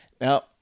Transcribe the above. Now